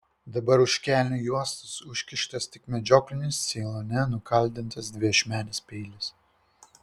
dabar už kelnių juostos užkištas tik medžioklinis ceilone nukaldintas dviašmenis peilis